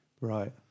Right